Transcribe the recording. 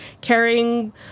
carrying